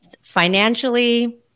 financially